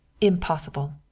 Impossible